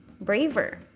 braver